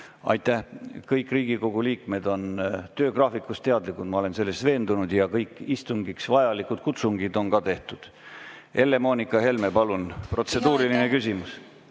tulla? Kõik Riigikogu liikmed on töögraafikust teadlikud, ma olen selles veendunud. Ja kõik istungiks vajalikud kutsungid on ka tehtud. Helle-Moonika Helme, palun, protseduuriline küsimus!